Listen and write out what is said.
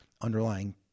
underlying